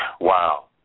Wow